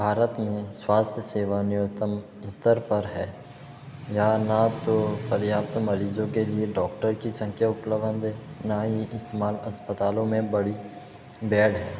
भारत में स्वास्थ्य सेवा न्यूनतम स्तर पर है यहां ना तो पर्याप्त मरीज़ों के लिए डौक्टर की संख्या उपलब्ध है ना ही अस्पतालों में बड़ी बैड है